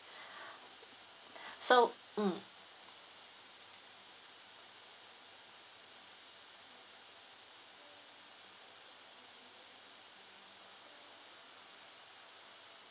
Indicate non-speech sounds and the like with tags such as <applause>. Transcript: <breath> so mm